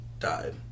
died